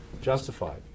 justified